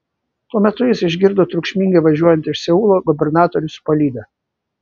tuo metu jis išgirdo triukšmingai važiuojant iš seulo gubernatorių su palyda